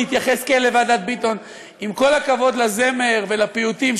בהתייחס לוועדת ביטון: עם כל הכבוד לזמר ולפיוטים,